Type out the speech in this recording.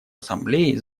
ассамблеи